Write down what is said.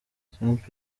trump